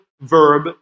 verb